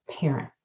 parent